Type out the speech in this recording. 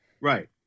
right